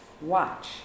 Watch